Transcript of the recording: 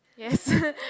yes